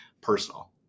personal